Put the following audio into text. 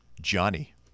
Johnny